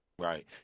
Right